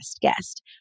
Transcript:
guest